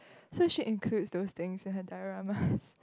so she includes those things in her dramas